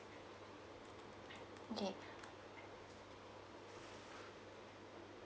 okay